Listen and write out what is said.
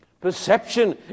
Perception